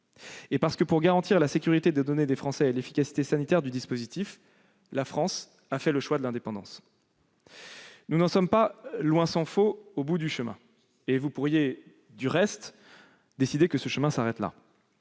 ; parce que, pour garantir la sécurité des données des Français et l'efficacité sanitaire du dispositif, la France a fait le choix de l'indépendance. Nous ne sommes pas au bout du chemin, loin de là ; vous pourriez du reste décider que la route s'arrête là.